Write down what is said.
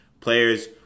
Players